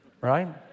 right